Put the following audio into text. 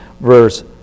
verse